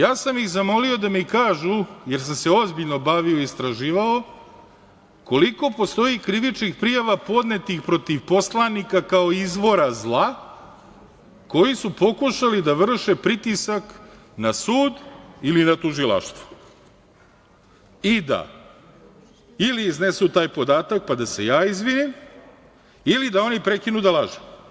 Zamolio sam ih da mi kažu, jer sam se ozbiljno bavio i istraživao, koliko postoji krivičnih prijava podnetih protiv poslanika kao izvora zla koji su pokušali da vrše pritisak na sud ili na tužilaštvo i da ili iznesu taj podatak, pa da se ja izvinim ili da oni prekinu da lažu.